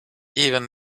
even